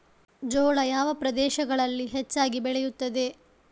ಜೋಳ ಯಾವ ಪ್ರದೇಶಗಳಲ್ಲಿ ಹೆಚ್ಚಾಗಿ ಬೆಳೆಯುತ್ತದೆ?